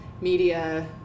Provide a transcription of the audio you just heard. media